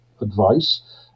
advice